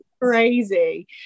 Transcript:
Crazy